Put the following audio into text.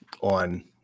on